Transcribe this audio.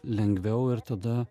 lengviau ir tada